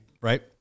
right